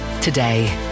today